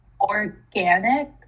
organic